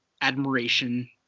admiration